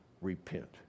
repent